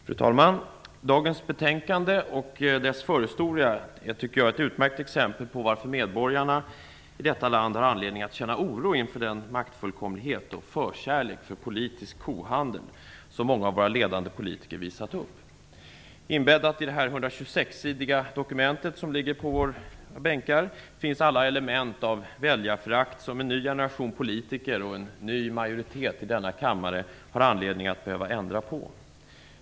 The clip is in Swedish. Fru talman! Dagens betänkande och dess förhistoria är ett utmärkt exempel på varför medborgarna i detta land har anledning att känna oro inför den maktfullkomlighet och förkärlek för politisk kohandel som många av våra ledande politiker visat upp. Inbäddat i detta 126-sidiga dokument som ligger på våra bänkar finns alla element av väljarförakt som en ny generation politiker och en ny majoritet i denna kammare har anledning att ändra på.